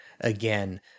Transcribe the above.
again